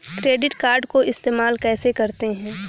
Credit card को इस्तेमाल कैसे करते हैं?